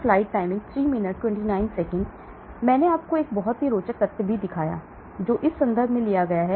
फिर मैंने आपको एक बहुत ही रोचक तथ्य भी दिखाया जो इस संदर्भ से लिया गया है